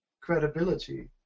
credibility